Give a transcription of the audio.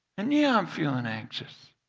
and yeah, i' m feeling anxious,